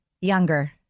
Younger